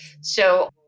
So-